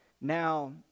now